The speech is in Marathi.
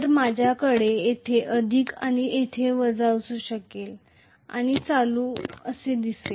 तर माझ्याकडे येथे अधिक आणि येथे वजा असू शकेल आणि करंट असे दिसेल